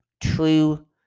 true